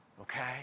Okay